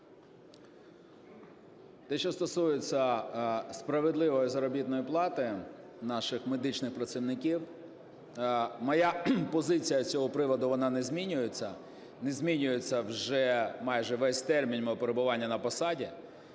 Те, що стосується справедливої заробітної плати наших медичних працівників, моя позиція з цього приводу, вона не змінюється, не змінюється вже майже весь термін мого перебування на посаді.